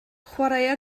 chwaraea